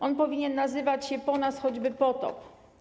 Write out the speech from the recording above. On powinien nazywać się: po nas choćby potop.